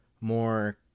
more